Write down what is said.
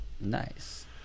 Nice